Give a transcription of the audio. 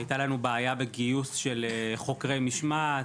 הייתה לנו בעיה בגיוס של חוקרי משמעת,